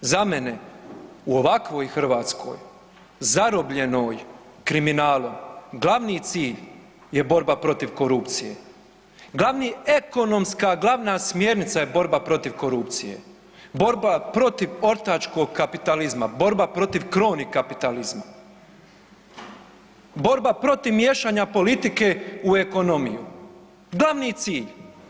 Za mene u ovakvoj Hrvatskoj zarobljenoj kriminalom glavni cilj je borba protiv korupcije, ekonomska glavna smjernica je borba protiv korupcije, borba protiv ortačkog kapitalizma, borbi proti kroni kapitalizma, borba protiv miješnja politike u ekonomiju, glavni cilj.